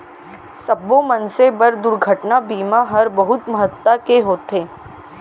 सब्बो मनसे बर दुरघटना बीमा हर बहुत महत्ता के होथे